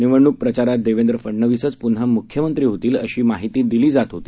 निवडणूकप्रचारातदेवेंद्रफडनवीसचपुन्हामुख्यमंत्रीहोतील अशीमाहितीदिलीजातहोती